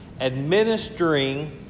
administering